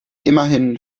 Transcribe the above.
immerhin